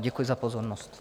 Děkuji za pozornost.